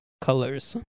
colors